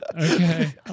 Okay